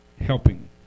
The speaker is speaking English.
helping